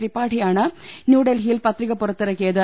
തൃപാഠിയാണ് ന്യൂഡൽഹി യിൽ പത്രിക പുറത്തിറക്കിയത്